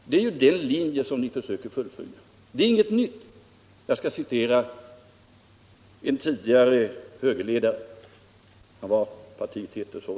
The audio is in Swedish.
Det är ju en linje som ni försöker fullfölja. Det är inget nytt. Jag skall citera en tidigare högerledare — partiet hette ju då högerpartiet.